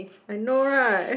I know right